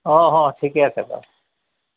অঁ হয় ঠিকে আছে বাৰু